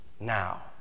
Now